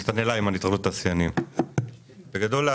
בגדול,